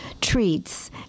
treats